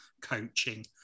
coaching